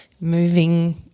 moving